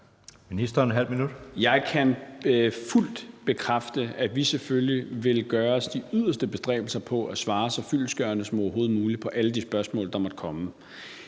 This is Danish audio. Jeg kan fuldt bekræfte, at vi selvfølgelig vil gøre os de yderste bestræbelser på at svare så fyldestgørende som overhovedet muligt på alle de spørgsmål, som måtte komme.